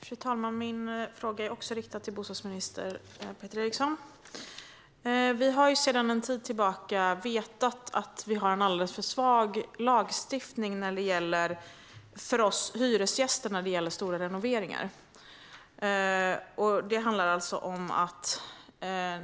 Fru talman! Även min fråga är riktad till bostadsminister Peter Eriksson. Vi har länge vetat att lagstiftningen för hyresgäster vad gäller renoveringar är alldeles för svag.